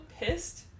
pissed